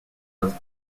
was